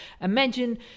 imagine